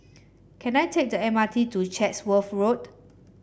can I take the M R T to Chatsworth Road